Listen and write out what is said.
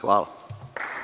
Hvala.